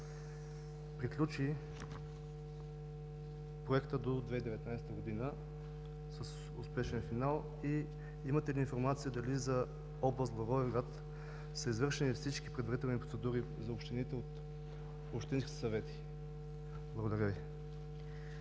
приключи до 2019 г. с успешен финал? Имате ли информация дали за област Благоевград са извършени всички предварителни процедури за общините от общинските съвети? Благодаря Ви.